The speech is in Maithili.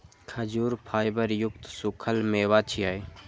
खजूर फाइबर युक्त सूखल मेवा छियै